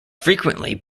frequently